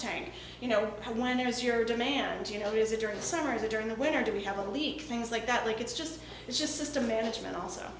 tank you know i wonder is your demand you know is it during the summer the during the winter do we have a leak things like that like it's just it's just a management also